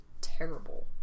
terrible